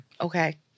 Okay